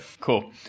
cool